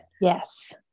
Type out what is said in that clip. Yes